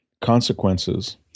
consequences